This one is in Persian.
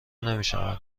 نمیشوند